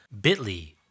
bit.ly